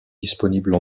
disponible